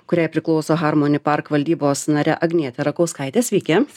kuriai priklauso harmoni park valdybos nare agniete rakauskaite sveiki